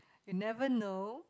you never know